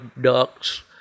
ducks